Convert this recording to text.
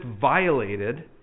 violated